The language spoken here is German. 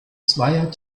zweier